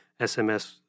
SMS